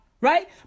Right